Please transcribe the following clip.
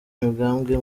umugambwe